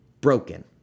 broken